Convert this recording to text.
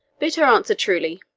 bid her answer truly.